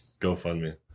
GoFundMe